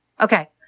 Okay